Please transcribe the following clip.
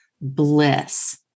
bliss